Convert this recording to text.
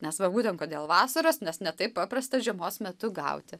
nes va būtent todėl vasaros nes ne taip paprasta žiemos metu gauti